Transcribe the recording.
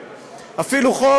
של 2,000 או